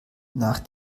nach